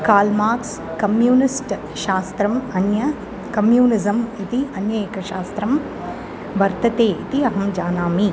Karl Marx communist शास्त्रम् अन्य communism इति अन्य एकं शास्त्रं वर्तते इति अहं जानामि